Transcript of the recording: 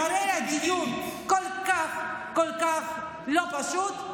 אחרי דיון כל כך כל כך לא פשוט,